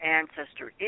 ancestor